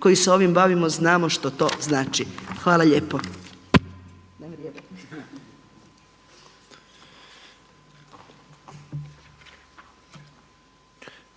koji se ovim bavimo znamo što to znači. Hvala lijepo. **Petrov, Božo